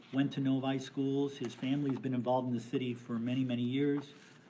went to novi schools. his family's been involved in the city for many many years.